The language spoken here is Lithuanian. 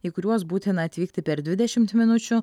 į kuriuos būtina atvykti per dvidešimt minučių